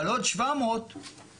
אבל עוד 700 חסר.